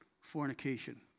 fornication